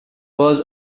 was